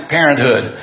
Parenthood